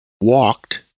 walked